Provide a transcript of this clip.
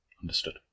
Understood